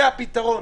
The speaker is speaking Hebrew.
זה הפתרון.